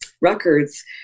records